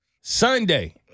Sunday